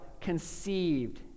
conceived